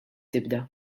tibda